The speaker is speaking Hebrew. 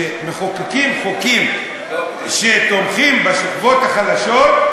כשמחוקקים חוקים שתומכים בשכבות החלשות,